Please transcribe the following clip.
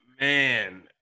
Man